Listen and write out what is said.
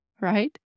right